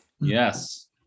Yes